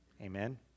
Amen